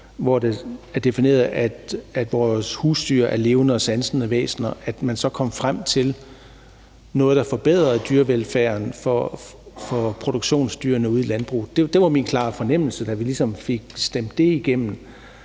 hvor det er defineret, at vores husdyr er levende og sansende væsener, kom frem til noget, der forbedrede dyrevelfærden for produktionsdyrene i landbruget. Det var min klare fornemmelse, da vi ligesom fik stemt det igennem,